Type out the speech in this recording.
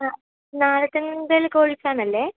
ആ കോഴി ഫാമല്ലേ